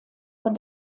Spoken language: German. von